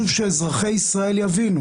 רואים את זה גם במשפט נתניהו.